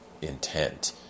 intent